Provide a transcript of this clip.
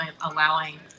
allowing